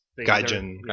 Gaijin